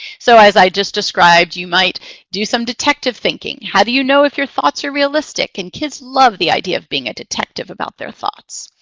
so as i just described, you might do some detective thinking. how do you know if your thoughts are realistic? and kids love the idea of being a detective about their thoughts.